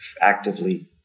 actively